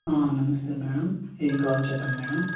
నమస్తే మేడం ఏం కావాలో చెప్పండి మేడం